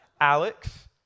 Alex